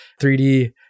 3D